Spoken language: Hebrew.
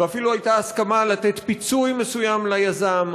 ואפילו הייתה הסכמה לתת פיצוי מסוים ליזם.